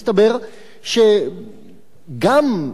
מסתבר שגם,